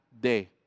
day